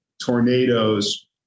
tornadoes